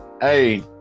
hey